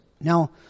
Now